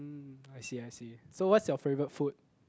mm I see I see so what's your favourite food